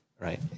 right